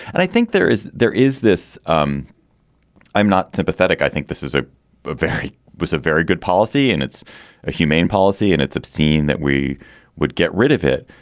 and i think there is there is this. um i'm not sympathetic. i think this is ah a very was a very good policy and it's a humane policy and it's obscene that we would get rid of it.